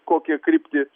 kokią kryptį